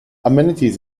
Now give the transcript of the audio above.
amenities